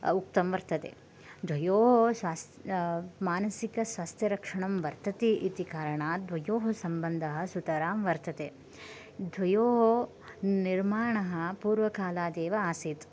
उक्तम्वर्तते द्वयोः स्वास्थ् मानसिकस्वास्थ्यरक्षणं वर्तते इति कारणात् द्वयोः सम्बन्धः सुतरां वर्तते द्वयोः निर्माणः पूर्वकालादेव आसीत्